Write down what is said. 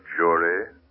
jury